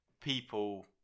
people